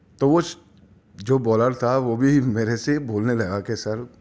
تو اس جو بالر تھا وہ بھی میرے سے بولنے لگا کہ سر